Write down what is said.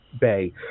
bay